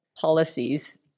policies